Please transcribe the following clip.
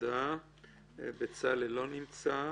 בצלאל לא נמצא.